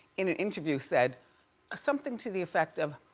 in an interview said something to the effect of,